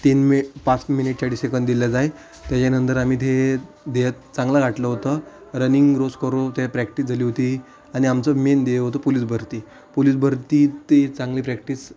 तीन मि पाच मिनिट चाळीस सेकंद दिलं जाई त्याच्यानंतर आम्ही ध्येय ध्येय चांगलं गाठलं होतं रनिंग रोज करून ते प्रॅक्टिस झाली होती आणि आमचं मेन ध्येय होतं पोलीस भरती पोलीस भरती ते चांगली प्रॅक्टिस